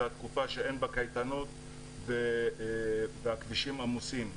זו התקופה שאין בה קייטנות והכבישים עמוסים,